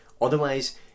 Otherwise